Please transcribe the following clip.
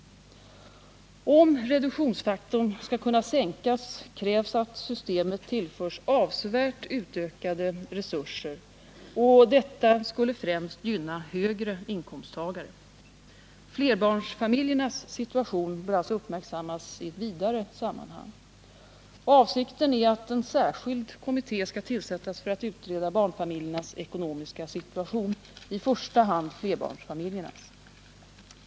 Om reduktionsfaktorn skall kunna sänkas krävs att systemet tillförs avsevärt utökade resurser, och detta skulle främst gynna högre inkomsttagare. Flerbarnsfamiljernas situation bör alltså uppmärksammas i ett vidare sammanhang. Avsikten är att en särskild kommiué skall tillkallas för att utreda barnfamiljernas ekonomiska situation, i första hand flerbarnsfamiljernas.